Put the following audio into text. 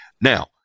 Now